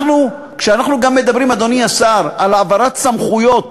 כשאנחנו מדברים, אדוני השר, על העברת סמכויות